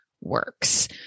works